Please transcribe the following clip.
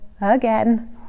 again